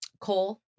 Cole